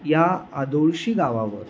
या आदोळशी गावावर